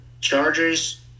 Chargers